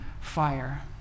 fire